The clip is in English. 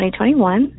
2021